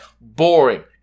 Boring